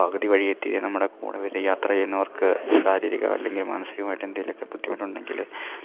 പകുതി വഴി എത്തിയ നമ്മുടെ കൂടെ വരുന്ന യാത്ര ചെയ്യുന്നവർക്ക് ശാരീരികം അല്ലെങ്കിൽ മാനസികമായിട്ട് എന്തെങ്കിലും ഒക്കെ ബുദ്ധിമുട്ടുണ്ടെങ്കിൽ